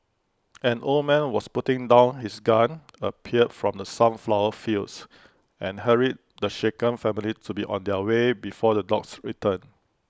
an old man was putting down his gun appeared from the sunflower fields and hurried the shaken family to be on their way before the dogs return